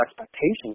expectations